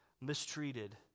mistreated